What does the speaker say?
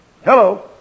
Hello